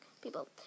people